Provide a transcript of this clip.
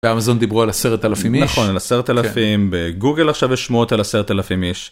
אמזון דיברו על עשרת אלפים איש נכון על עשרת אלפים בגוגל עכשיו יש שמועות על עשרת אלפים איש.